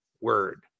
word